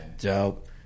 Dope